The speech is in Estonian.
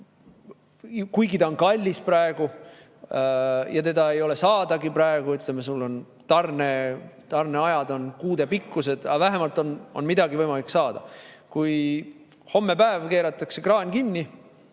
Kuigi ta on kallis praegu ja teda ei ole saadagi, tarneajad on kuudepikkused, aga vähemalt on midagi võimalik saada. Kui hommepäev keeratakse kraan kinni